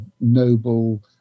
noble